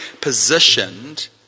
positioned